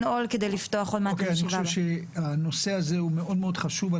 הנושא הזה הוא מאוד חשוב.